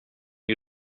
you